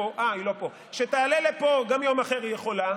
יכול להיות הכי לא ממלכתי בעולם ופעמיים כבר לגנוב הצבעות